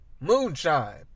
Moonshine